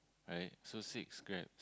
right so six Grabs